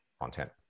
content